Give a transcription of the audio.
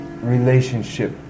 relationship